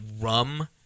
rum